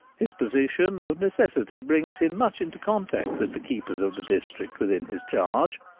his position of necessity brings him much into contact with the keepers of the district within his charge.